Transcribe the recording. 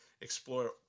explore